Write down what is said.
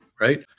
right